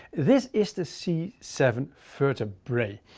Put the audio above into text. this is the c seven vertebrae.